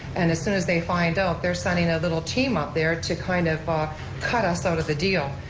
and as soon as they find out, they're sending a little team out there to kind of cut us out of the deal.